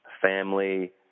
family